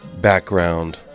background